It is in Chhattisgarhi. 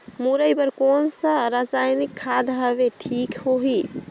मुरई बार कोन सा रसायनिक खाद हवे ठीक होही?